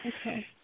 Okay